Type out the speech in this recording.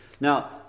Now